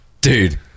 Dude